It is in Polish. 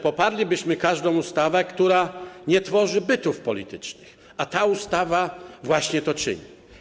Poparlibyśmy każdą ustawę, która nie tworzy bytów politycznych, a ta ustawa właśnie to czyni.